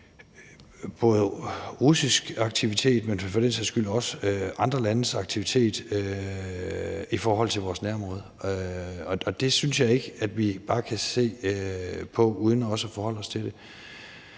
både russisk aktivitet, men for den sags skyld også andre landes aktivitet i forhold til vores nærområde, og det synes jeg ikke at vi bare kan se på uden også at forholde os til det.